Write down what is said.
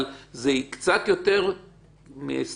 אבל זה קצת יותר מסתם.